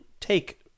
take